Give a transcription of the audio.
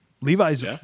Levi's